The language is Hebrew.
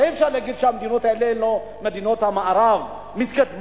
הרי אי-אפשר להגיד שהמדינות האלה הן לא מדינות המערב המתקדמות.